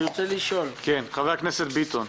כן, חבר הכנסת ביטון.